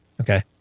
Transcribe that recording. okay